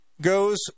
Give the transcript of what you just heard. goes